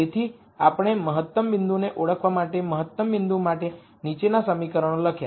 તેથી આપણે મહત્તમ બિંદુને ઓળખવા માટે મહત્તમ બિંદુ માટે નીચેના સમીકરણો લખ્યા